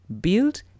build